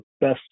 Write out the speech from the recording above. best